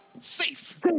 Safe